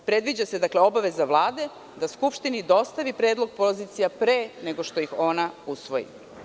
Predviđa se obaveza Vlade da Skupštini dostavi predlog pozicija pre nego što ih ona usvoji.